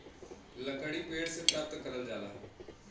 लकड़ी पेड़ से प्राप्त करल जाला